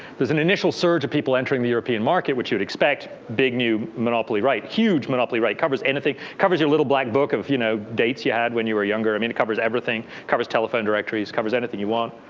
there's an initial surge of people entering the european market, which you'd expect, a big new monopoly right. huge monopoly right. covers anything. covers your little black book of you know dates you had when you were younger. i mean it covers everything, covers telephone directories, covers anything you want.